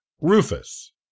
Rufus